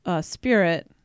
spirit